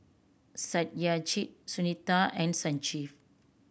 Satyajit Sunita and Sanjeev